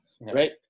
right